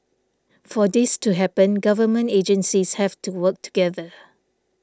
for this to happen government agencies have to work together